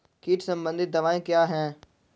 कीट संबंधित दवाएँ क्या हैं?